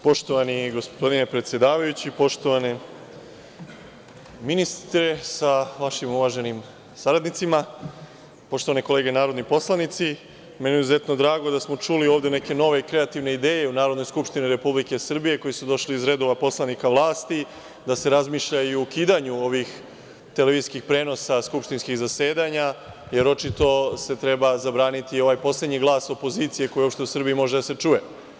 Poštovani gospodine predsedavajući, poštovani ministre sa vašim uvaženim saradnicima, poštovani narodni poslanici, meni je izuzetno drago da smo čuli ovde neke nove kreativne ideje u Narodnoj skupštini Republike Srbije koje su došle iz redova poslanika vlasti, da se razmišlja i o ukidanju ovih televizijskih prenosa skupštinskih zasedanja, jer očito treba zabraniti i ovaj poslednji glas opozicije koji još u Srbiji može da se čuje.